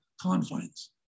confines